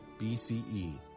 BCE